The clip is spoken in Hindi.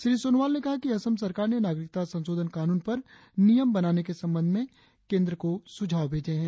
श्री सोनोवाल ने कहा कि असम सरकार ने नागरिकता संशोधन कानून पर नियम बनाने के संबंध में केंद्र को सुझाव भेजे हैं